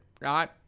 Right